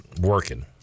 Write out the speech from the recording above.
working